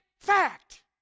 fact